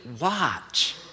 watch